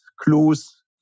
clues